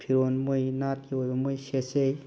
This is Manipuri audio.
ꯐꯤꯔꯣꯟ ꯃꯣꯏ ꯅꯥꯠꯀꯤ ꯑꯣꯏꯕ ꯃꯣꯏ ꯁꯦꯠꯆꯩ